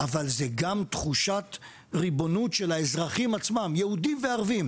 אבל זו גם תחושת ריבונות של האזרחים עצמם יהודים וערבים,